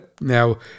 now